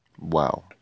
Wow